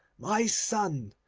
my son,